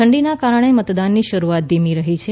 ઠંડીના કારણે મતદાનની શરૂઆત ધીમી રહી છે